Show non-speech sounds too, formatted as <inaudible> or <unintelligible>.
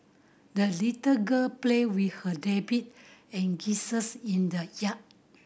the little girl played with her rabbit and geese <unintelligible> in the yard